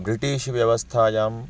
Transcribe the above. British व्यवस्थायाम्